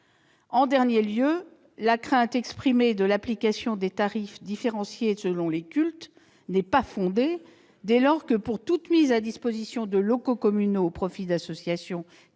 En dernier lieu, la crainte, exprimée par Mme Laborde, de l'application de tarifs différenciés selon les cultes n'est pas fondée. En effet, pour toute mise à disposition de locaux communaux au profit d'associations,